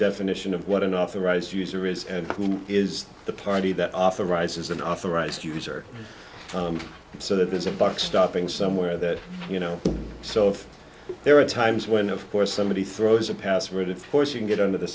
definition of what an authorized user is and who is the party that authorizes an authorized user so that there's a buck stopping somewhere that you know so if there are times when of course somebody throws a password of course you can get into the